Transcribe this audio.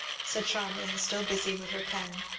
said charmian, still busy with her pen.